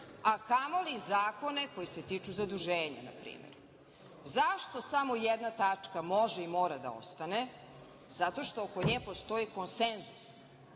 a kamo li zakone koji se tiču zaduženje, na primer.Zašto samo jedna tačka može i mora da ostane, zato što oko nje postoji konsenzus,